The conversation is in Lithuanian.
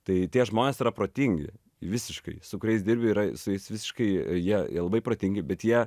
tai tie žmonės yra protingi visiškai su kuriais dirbi yra su jais visiškai jie jie labai protingi bet jie